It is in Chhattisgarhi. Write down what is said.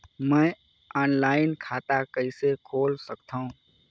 मैं ऑनलाइन खाता कइसे खोल सकथव?